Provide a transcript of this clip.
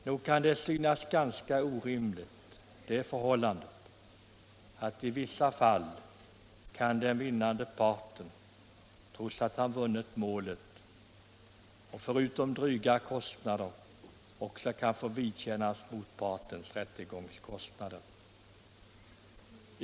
Nog kan det synas ganska orimligt att den vinnande parten i vissa fall — trots att han vunnit målet —- förutom dryga egna kostnader också kan få vidkännas motpartens rättegångskostnader!